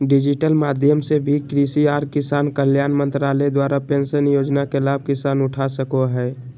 digital माध्यम से भी कृषि आर किसान कल्याण मंत्रालय द्वारा पेश योजना के लाभ किसान उठा सको हय